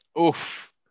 Oof